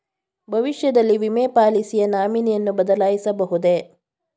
ಭವಿಷ್ಯದಲ್ಲಿ ವಿಮೆ ಪಾಲಿಸಿಯ ನಾಮಿನಿಯನ್ನು ಬದಲಾಯಿಸಬಹುದೇ?